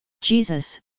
Jesus